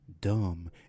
dumb